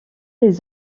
les